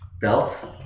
belt